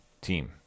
team